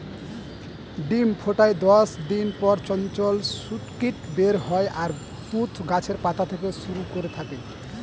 ডিম ফোটার দশ দিন পর চঞ্চল শূককীট বের হয় আর তুঁত গাছের পাতা খেতে শুরু করে থাকে